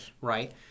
right